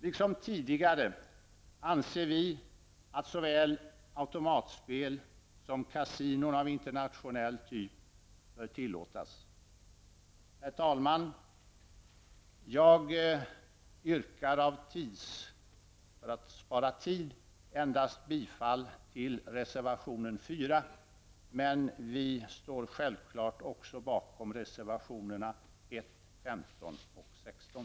Liksom tidigare anser vi att såväl automatspel som kasinon av internationell typ bör tillåtas. Herr talman! För att spara tid yrkar jag bifall endast till reservation 4, men vi står självfallet bakom reservationerna 1, 15 och 16.